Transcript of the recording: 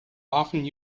often